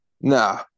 No